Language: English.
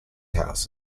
house